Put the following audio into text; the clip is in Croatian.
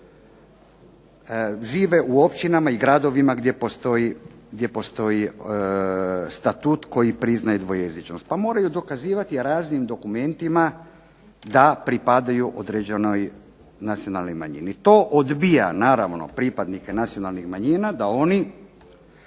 žive u općinama i gradovima gdje postoji statut koji priznaje dvojezičnost pa moraju dokazivati raznim dokumentima da pripadaju određenoj nacionalnoj manjini. To odbija naravno pripadnike nacionalnih manjina da oni